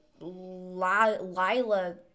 Lila